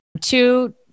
two